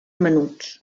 menuts